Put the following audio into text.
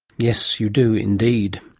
yes, you do indeed.